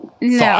No